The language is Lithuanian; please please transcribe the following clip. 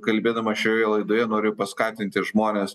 kalbėdamas šioje laidoje noriu paskatinti žmones